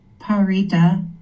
Parita